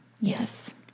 Yes